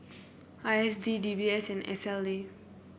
I S D D B S and S L A